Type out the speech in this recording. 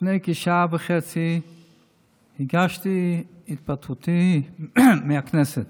לפני כשעה וחצי הגשתי את התפטרותי מהכנסת